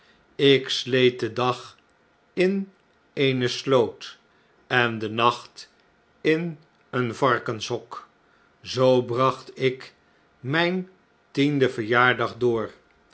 ik sleet den dag in eene sloot en den nacht in een varkenshok zoo bracht ik mijn tienden verjaardag door